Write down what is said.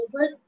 over